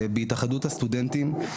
בהתאחדות הסטודנטים.